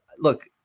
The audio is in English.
look